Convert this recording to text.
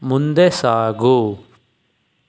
ಮುಂದೆ ಸಾಗು